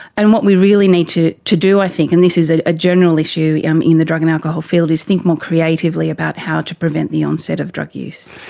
and what we really need to to do i think, and this is a general issue yeah um in the drug and alcohol field, is think more creatively about how to prevent the onset of drug use.